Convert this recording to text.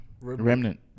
remnant